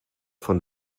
von